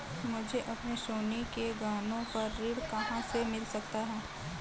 मुझे अपने सोने के गहनों पर ऋण कहाँ से मिल सकता है?